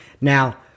Now